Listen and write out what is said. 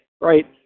right